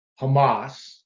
hamas